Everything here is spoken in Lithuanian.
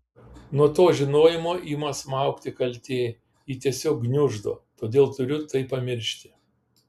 nuo to žinojimo ima smaugti kaltė ji tiesiog gniuždo todėl turiu tai pamiršti